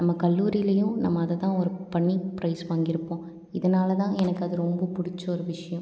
நம்ம கல்லூரியிலயும் நம்ம அதை தான் ஒர்க் பண்ணி ப்ரைஸ் வாங்கியிருப்போம் இதனால் தான் எனக்கு அது ரொம்ப பிடிச்ச ஒரு விஷயம்